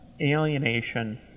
alienation